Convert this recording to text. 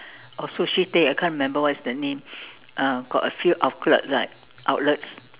or sushi Tei I can't remember what's the name uh got a few outlet right outlets